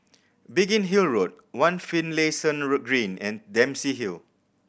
Biggin Hill Road One Finlayson Green and Dempsey Hill